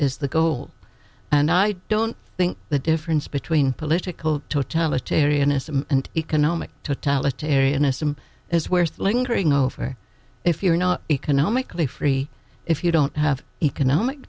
is the goal and i don't think the difference between political totalitarianism and economic totalitarianism is worth lingering over if you're not economically free if you don't have economic